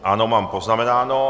Ano, mám poznamenáno.